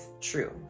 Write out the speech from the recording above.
true